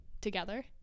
Together